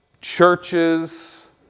churches